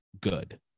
good